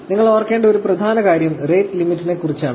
നിങ്ങൾ ഓർക്കേണ്ട ഒരു പ്രധാന കാര്യം റേറ്റ് ലിമിറ്റിനെ കുറിച്ചാണ്